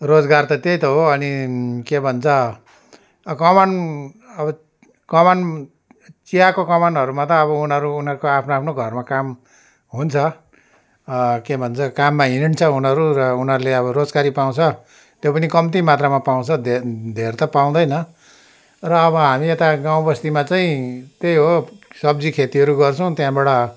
रोजगार त त्यही त हो अनि के भन्छ कमान अब कमान चियाको कमानहरूमा त अब उनीहरू उनीहरूको आफ्नो आफ्नो घरमा काम हुन्छ के भन्छ काममा हिँड्छ उनीहरू र उनीहरूले रोजगारी पाउँछ त्यो पनि कम्ती मात्रामा पाउँछ धे धेर त पाउँदैन र अब हामी यता गाउँ बस्तीमा चाहिँ त्यही हो सब्जी खेतीहरू गर्छौँ त्यहाँबाट